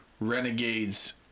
Renegade's